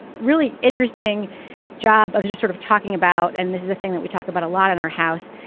really interesting job. i was just sort of talking about and this is the thing that we talk about a lot in our house,